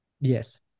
yes